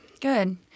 Good